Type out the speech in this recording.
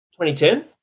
2010